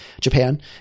Japan